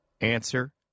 Answer